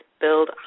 build